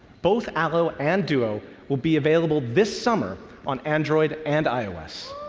both allo and duo will be available this summer on android and ios.